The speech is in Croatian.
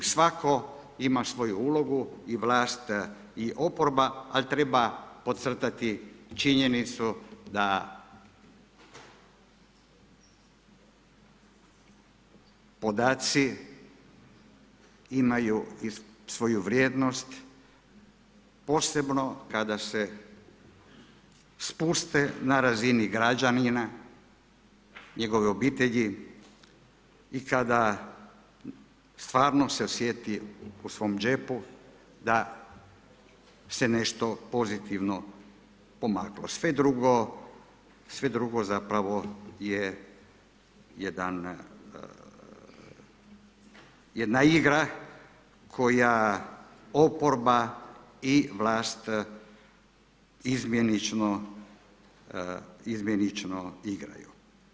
Svatko ima svoju ulogu i vlast i oporba ali treba podcrtati činjenicu da podaci imaju i svoju vrijednost, posebno kada se spuste na razini građanina, njegove obitelji i kada stvarno se osjeti u svom džepu da se nešto pozitivno pomaklo, sve drugo, sve drugo zapravo je jedan, jedna igra koju oporba i vlast izmjenično igraju.